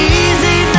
easy